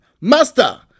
Master